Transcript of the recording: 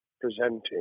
Presenting